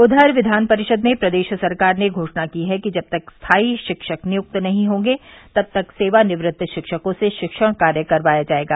उधर विधान परिषद में प्रदेश सरकार ने घोषणा की है कि जब तक स्थाई शिक्षक नियुक्त नहीं होंगे तब तक सेवानिवृत्त शिक्षकों से शिक्षण कार्य करवाया जायेगा